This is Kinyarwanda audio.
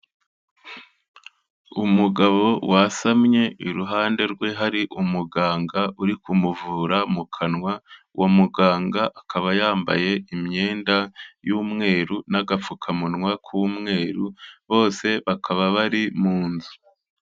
Umugabo wasamye, iruhande rwe hari umuganga uri kumuvura mu kanwa, uwo muganga akaba yambaye imyenda y'umweru n'agapfukamunwa k'umweru, bose bakaba bari mu nzu.